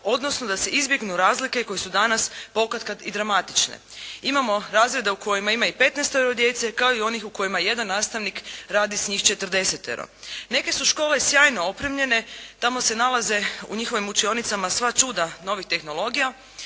odnosno da se izbjegnu razlike koje su danas pokatkad i dramatične. Imamo razreda u kojima ima i petnaestoro djece, kao i onih u kojima jedan nastavak radi s njih četrdesetero. Neke su škole sjajno opremljene. Tamo se nalaze u njihovim učionicama sva čuda novih tehnologija,